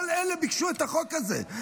כל אלה ביקשו את החוק הזה,